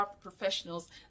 professionals